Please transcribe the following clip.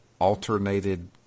alternated